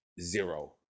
zero